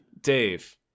Dave